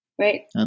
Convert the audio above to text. Right